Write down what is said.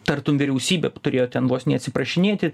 tartum vyriausybė turėjo ten vos neatsiprašinėti